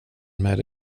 med